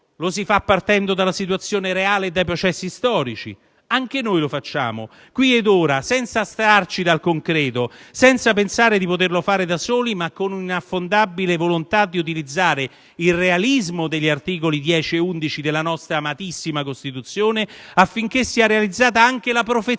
lo si fa partendo dalla situazione reale e dai processi storici. Anche noi lo facciamo, qui ed ora, senza astrarci dal concreto, senza pensare di poterlo fare da soli ma con una inaffondabile volontà di utilizzare il realismo degli articoli 10 e 11 della nostra amatissima Costituzione, affinché sia realizzata anche la profezia